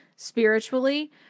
spiritually